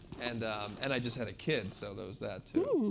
and um and i just had a kid, so there was that too.